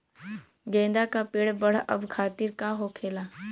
गेंदा का पेड़ बढ़अब खातिर का होखेला?